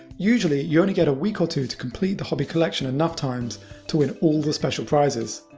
usually you only get a week or two to complete the hobby collection enough times to win all the special prizes.